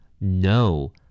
No